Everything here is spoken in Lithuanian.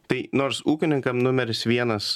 tai nors ūkininkam numeris vienas